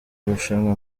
irushanwa